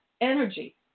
energy